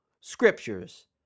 scriptures